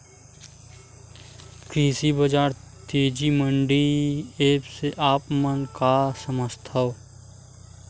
कृषि बजार तेजी मंडी एप्प से आप मन का समझथव?